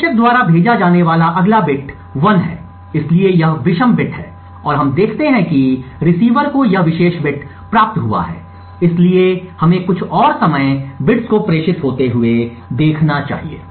प्रेषक द्वारा भेजा जाने वाला अगला बिट 1 है इसलिए यह विषम बिट है और हम देखते हैं कि रिसीवर को यह विशेष बिट प्राप्त हुआ है इसलिए हमें कुछ और समय बिट्स को प्रेषित होते हुए देखना चाहिए